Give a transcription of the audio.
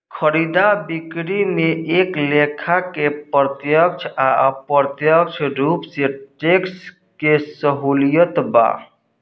खरीदा बिक्री में एक लेखा के प्रत्यक्ष आ अप्रत्यक्ष रूप से टैक्स के सहूलियत बा